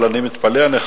אבל אני מתפלא עליך,